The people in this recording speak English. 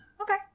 Okay